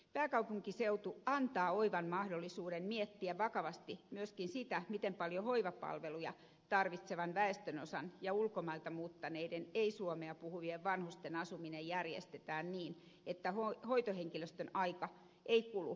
pääkaupunkiseutu antaa oivan mahdollisuuden miettiä vakavasti myöskin sitä miten paljon hoivapalveluja tarvitsevan väestönosan ja ulkomailta muuttaneiden ei suomea puhuvien vanhusten asuminen järjestetään niin että hoitohenkilöstön aika ei kulu liikenteessä